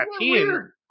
weird